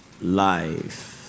life